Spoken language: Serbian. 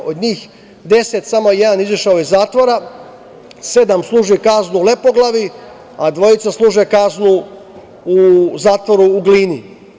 Od njih 10, samo jedan je izašao iz zatvora, sedam služi kaznu u Lepoglavi, a dvojica služe kaznu u zatvoru u Glini.